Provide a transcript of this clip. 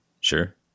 Sure